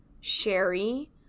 sherry